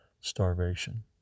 starvation